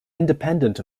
independent